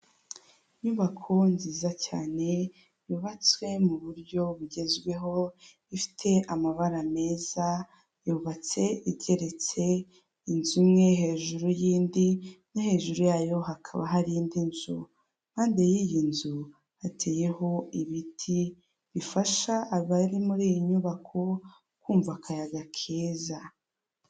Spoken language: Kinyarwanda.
Umuhanda mwiza kandi ufite isuku bashyizeho akayira k'abanyamaguru gahagije, bamwe baratambuka abandi nabo bagakora imyitozo ngororamubiri, ku mpande hariho inyubako ikorerwamo n'ikigo cyitwa radiyanti gikora ibigendanye n'ubwizigame ndetse no kwishinganisha.